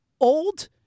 old